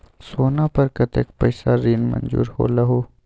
सोना पर कतेक पैसा ऋण मंजूर होलहु?